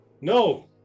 No